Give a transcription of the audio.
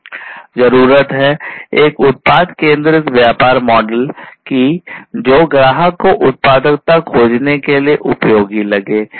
ज़रुरत है एक उत्पादकता केंद्रित व्यापार मॉडल की जो ग्राहक को उत्पादकता खोजने के लिए उपयोगी लगे